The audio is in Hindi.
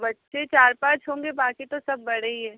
बच्चे चार पाँच होंगे बाकी तो सब बड़े ही है